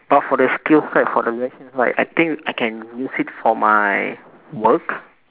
but for the skills right for the reaction also right I think I can use it for my work